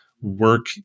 work